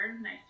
nice